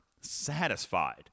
satisfied